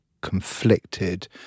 conflicted